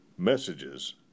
messages